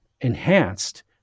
enhanced